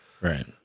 right